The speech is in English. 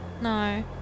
No